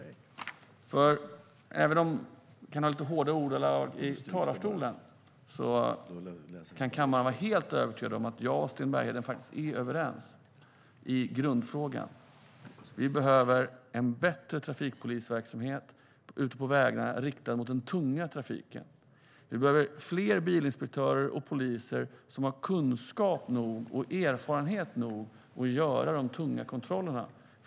Även om det kan vara lite hårda ordalag i talarstolen kan kammaren vara helt övertygad om att jag och Sten Bergheden faktiskt är överens i grundfrågan. Vi behöver en bättre trafikpolisverksamhet ute på vägarna riktad mot den tunga trafiken. Vi behöver fler bilinspektörer och poliser som har kunskap och erfarenhet nog för att göra de tunga kontrollerna.